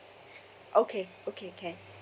okay okay can